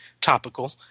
topical